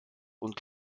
und